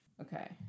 Okay